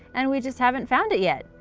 and we just haven't found it yet.